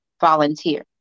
volunteer